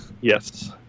yes